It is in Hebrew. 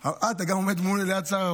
יכול להיות שיעשה לך בעיה.